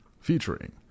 Featuring